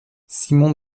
simon